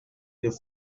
des